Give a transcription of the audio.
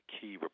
key